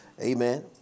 Amen